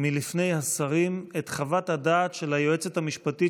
מלפני השרים את חוות הדעת של היועצת המשפטית